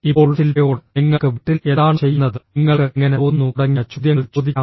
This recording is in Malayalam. ഇപ്പോൾ ശിൽപയോട് നിങ്ങൾക്ക് വീട്ടിൽ എന്താണ് ചെയ്യുന്നത് നിങ്ങൾക്ക് എങ്ങനെ തോന്നുന്നു തുടങ്ങിയ ചോദ്യങ്ങൾ ചോദിക്കാം